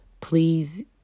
Please